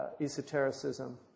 esotericism